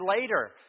later